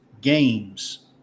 games